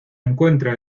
encuentra